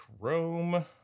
Chrome